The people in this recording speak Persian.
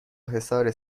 حصار